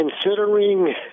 considering